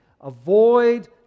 Avoid